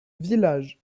village